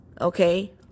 okay